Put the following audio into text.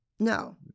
No